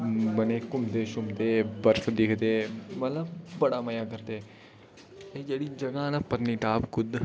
बन्ने च घुम्मदे शुमदे बर्फ दिक्खदे मतलब बड़ा मजा करदे जेह्ड़ी जगह ना पत्निटाप कुद्द